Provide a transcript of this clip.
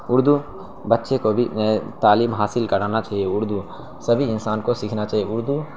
اردو بچے کو بھی تعلیم حاصل کرانا چاہیے اردو سبھی انسان کو سیکھنا چاہیے اردو